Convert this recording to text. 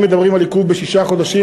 אם מדברים על עיכוב בשישה חודשים,